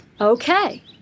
Okay